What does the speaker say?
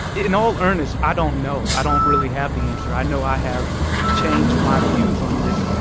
in all earnest, i don't know. i don't really have the answer. i know i have changed my views on this.